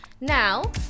Now